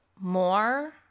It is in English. more